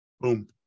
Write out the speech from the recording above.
Boom